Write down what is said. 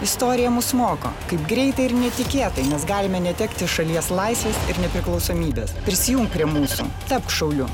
istorija mus moko kaip greitai ir netikėtai mes galime netekti šalies laisvės ir nepriklausomybės prisijungk prie mūsų tapk šauliu